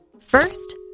First